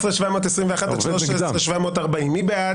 13,701 עד 13,720, מי בעד?